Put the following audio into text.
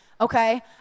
okay